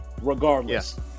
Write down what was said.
regardless